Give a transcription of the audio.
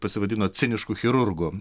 pasivadino cinišku chirurgu